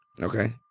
Okay